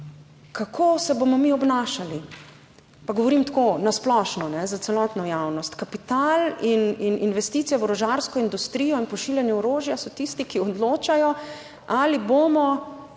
kako se bomo mi obnašali, pa govorim tako na splošno, za celotno javnost, kapital in investicije v orožarsko industrijo in pošiljanje orožja so tisti, ki odločajo ali bomo